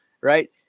right